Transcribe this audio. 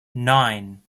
nine